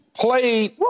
Played